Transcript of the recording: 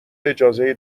اجازه